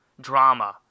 Drama